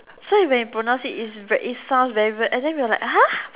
so when he pronounced it it's very it sounds very weird and then we were like !huh! what